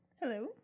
Hello